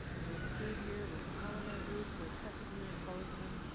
we're in the third year with the helena group, we're second year in bozeman,